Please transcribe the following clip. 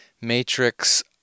matrix